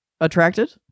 attracted